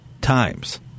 times